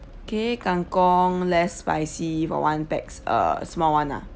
okay kang kong less spicy for one pax uh small [one] lah